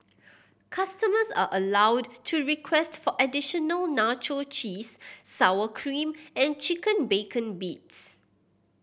customers are allowed to request for additional nacho cheese sour cream and chicken bacon bits